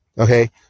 Okay